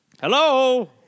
Hello